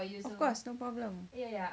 of course no problem